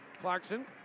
Clarkson